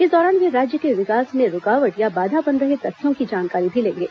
इस दौरान वे राज्य के विकास में रूकावट या बाधा बन रहे तथ्यों की जानकारी मी लेंगे